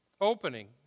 opening